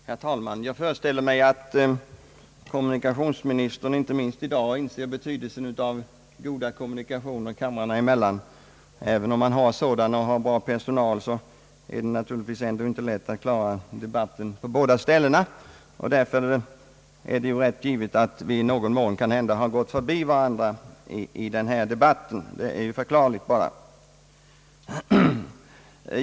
Herr talman! Jag föreställer mig att kommunikationsministern, inte minst i dag, inser betydelsen av goda kommunikationer kamrarna emellan. Även om man har sådana och har bra personal är det naturligtvis inte lätt att klara debatten på båda ställena. Därför är det rätt förklarligt om vi i någon mån gått förbi varandra i denna debatt.